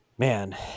Man